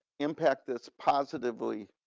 impact this positively,